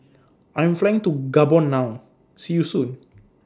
I'm Flying to Gabon now See YOU Soon